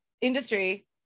industry